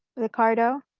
liccardo,